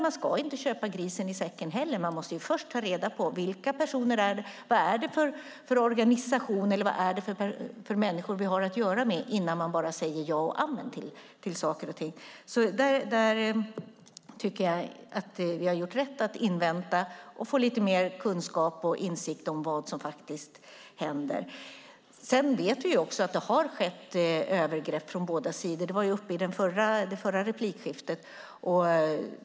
Man ska inte köpa grisen i säcken. Man måste ju ta reda på vilka personer det är och vad det är för organisation man har att göra med innan man säger ja. Jag tycker att vi har gjort rätt i att vänta och få mer kunskap om vad som händer. Vi vet att det har skett övergrepp från båda sidor. Det var uppe i det förra replikskiftet.